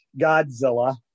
Godzilla